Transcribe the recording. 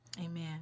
Amen